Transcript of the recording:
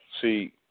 see